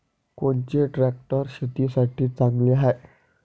कोनचे ट्रॅक्टर शेतीसाठी चांगले हाये?